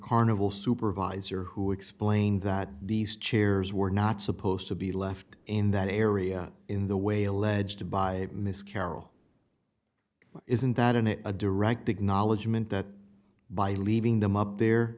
carnival supervisor who explained that these chairs were not supposed to be left in that area in the way alleged by miss carol isn't that in a direct acknowledgement that by leaving them up there